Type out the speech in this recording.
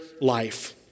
life